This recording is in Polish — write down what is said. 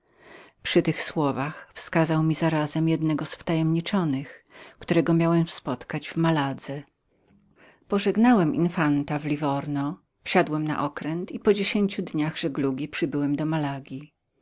przy tych słowach wskazał mi zarazem jednego z wtajemniczonych którego miałem spotkać w malaca pożegnałem infanta w liwornie wsiadłem na okręt i po dziesięciu dniach żeglugi przybyłem do malaca